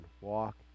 walk